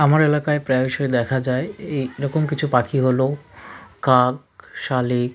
আমার এলাকায় প্রায়শই দেখা যায় এইরকম কিছু পাখি হলো কাক শালিক